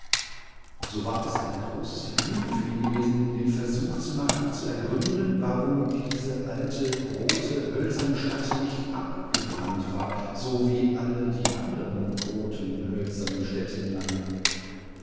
so war es ein großes vergnügen für ihn gewesen den versuch zu machen zu ergründen warum diese alte rote hölzerne stadt nicht abgebrannt war so wie alle die anderen roten hölzernen städte im lande